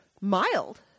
mild